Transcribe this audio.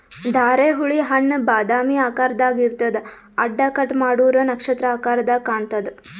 ಧಾರೆಹುಳಿ ಹಣ್ಣ್ ಬಾದಾಮಿ ಆಕಾರ್ದಾಗ್ ಇರ್ತದ್ ಅಡ್ಡ ಕಟ್ ಮಾಡೂರ್ ನಕ್ಷತ್ರ ಆಕರದಾಗ್ ಕಾಣತದ್